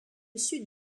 sud